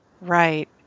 Right